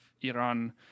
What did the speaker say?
Iran